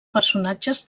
personatges